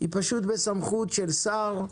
בסמכות של שר,